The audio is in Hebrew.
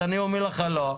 אז אני אומר לך, לא.